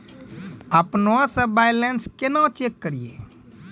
अपनों से बैलेंस केना चेक करियै?